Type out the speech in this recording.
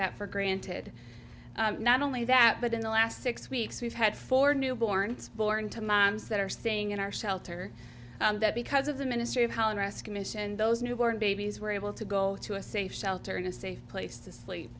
that for granted not only that but in the last six weeks we've had four newborns born to moms that are staying in our shelter that because of the ministry of holland rescue mission those newborn babies were able to go to a safe shelter in a safe place to sleep